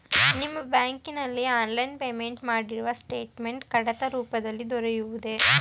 ನಿಮ್ಮ ಬ್ಯಾಂಕಿನಲ್ಲಿ online payment ಮಾಡಿರುವ ಸ್ಟೇಟ್ಮೆಂಟ್ ಕಡತ ರೂಪದಲ್ಲಿ ದೊರೆಯುವುದೇ?